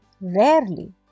rarely